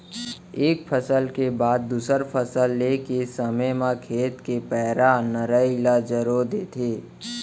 एक फसल के बाद दूसर फसल ले के समे म खेत के पैरा, नराई ल जरो देथे